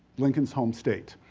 lincoln's home state.